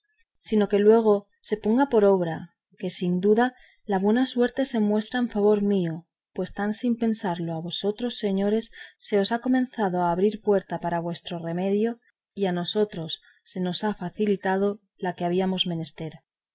sino que luego se ponga por obra que sin duda la buena suerte se muestra en favor nuestro pues tan sin pensarlo a vosotros señores se os ha comenzado a abrir puerta para vuestro remedio y a nosotros se nos ha facilitado la que habíamos menester